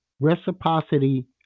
Reciprocity